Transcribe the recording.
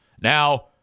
Now